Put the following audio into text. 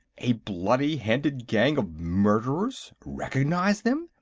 a bloody-handed gang of murderers recognize them?